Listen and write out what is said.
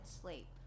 sleep